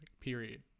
period